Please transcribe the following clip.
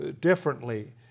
differently